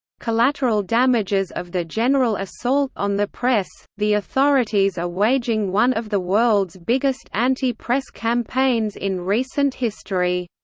collateral damages of the general assault on the press the authorities are waging one of the world's biggest anti-press campaigns in recent history.